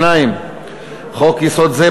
2. חוק-יסוד זה,